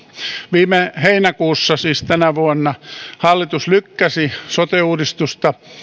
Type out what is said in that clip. viime heinäkuussa tänä vuonna hallitus lykkäsi sote uudistusta